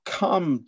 come